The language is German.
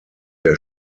der